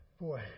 Boy